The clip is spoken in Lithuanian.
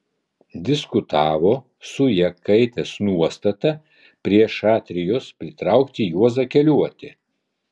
diskutavo su jakaitės nuostata prie šatrijos pritraukti juozą keliuotį